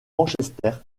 manchester